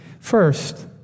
First